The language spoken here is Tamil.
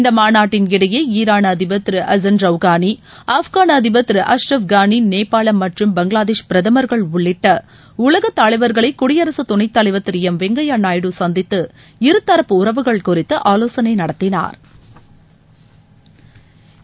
இந்த மாநாட்டின் இடையே ஈரான் அதிபர் திரு ஹசன் ரவுகானி ஆப்கான் அதிபர் திரு அஸ்ரஃப் கனி நேபாளம் மற்றும் பங்ளாதேஷ் பிரதமா்கள் உள்ளிட்ட உலக தலைவர்களை குடியரசுத் துணைத் தலைவர் திரு வெங்கையா நாயுடு சந்தித்து இருதரப்பு உறவுகள் குறித்து ஆலோசனை நடத்தினாா்